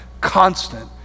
constant